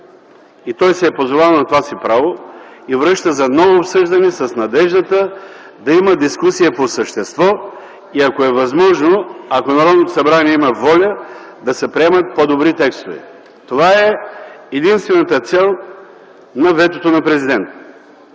Той се е позовал на това си право и връща за ново обсъждане с надеждата да има дискусия по същество и, ако е възможно, ако Народното събрание има воля да се приемат по-добри текстове. Това е единствената цел на ветото на президента